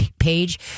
page